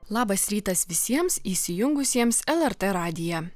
labas rytas visiems įsijungusiems lrt radiją